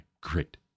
Great